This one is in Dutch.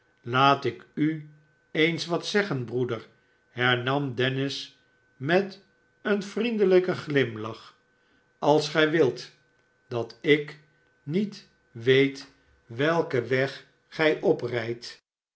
laat ik u eens wat zeggen broeder hernam dennis met een vriendelijken glimlach als gij wilt dat ik niet weet welken weg gij oprijdt